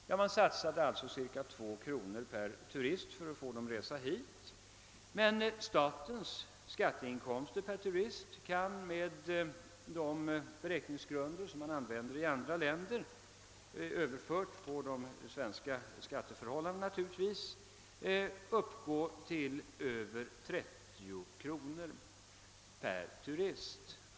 Staten satsade cirka 2 kronor per turist för att få dem att resa hit, men dess skatteinkomster per turist kan med de beräkningsgrunder som används i andra länder, överförda på de svenska förhållandena, antas uppgå till över 30 kronor per turist.